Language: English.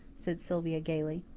said sylvia gaily.